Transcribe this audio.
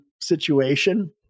situation